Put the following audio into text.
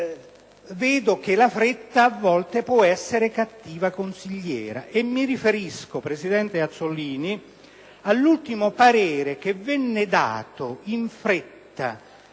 bilancio. La fretta a volte può essere cattiva consigliera e mi riferisco, presidente Azzollini, all'ultimo parere che venne espresso, in fretta,